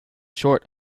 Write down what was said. short